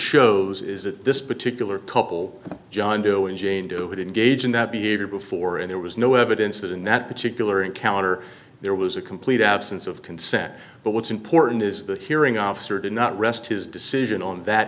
shows is that this particular couple john doe and jane doe would engage in that behavior before and there was no evidence that in that particular encounter there was a complete absence of consent but what's important is the hearing officer did not rest his decision on that